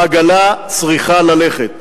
העגלה צריכה ללכת.